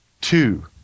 Two